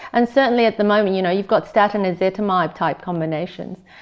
and certainly at the moment you know you've got statin-ezetimibe type combinations.